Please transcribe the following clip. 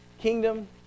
kingdom